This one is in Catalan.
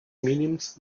mínims